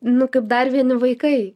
nu kaip dar vieni vaikai